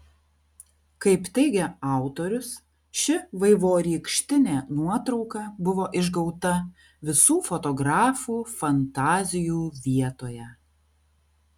kaip teigia autorius ši vaivorykštinė nuotrauka buvo išgauta visų fotografų fantazijų vietoje